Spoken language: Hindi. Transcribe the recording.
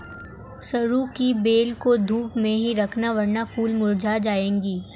सरू की बेल को धूप में ही रखना वरना फूल मुरझा जाएगी